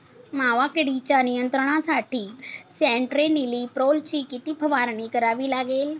मावा किडीच्या नियंत्रणासाठी स्यान्ट्रेनिलीप्रोलची किती फवारणी करावी लागेल?